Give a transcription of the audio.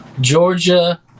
georgia